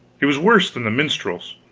he was worse than the minstrels,